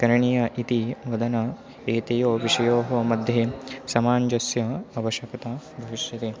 करणीया इती वदने एतेयोः विषययोः मध्ये समाजस्य आवश्यकता भविष्यति